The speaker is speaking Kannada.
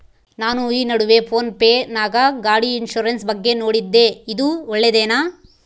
ನಾನು ಈ ನಡುವೆ ಫೋನ್ ಪೇ ನಾಗ ಗಾಡಿ ಇನ್ಸುರೆನ್ಸ್ ಬಗ್ಗೆ ನೋಡಿದ್ದೇ ಇದು ಒಳ್ಳೇದೇನಾ?